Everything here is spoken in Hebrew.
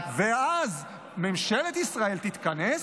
ואז ממשלת ישראל תתכנס,